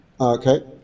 Okay